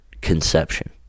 conception